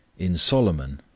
in solomon,